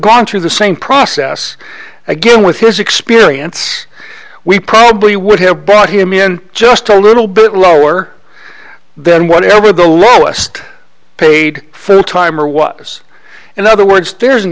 gone through the same process again with his experience we probably would have bought him in just a little bit lower than whatever the lowest paid full timer was in other words there's an